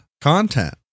content